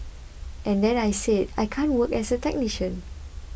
and then I said I can't work as a technician